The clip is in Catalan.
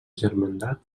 germandat